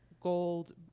gold